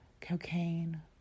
Cocaine